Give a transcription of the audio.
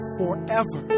forever